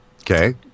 Okay